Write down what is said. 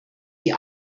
die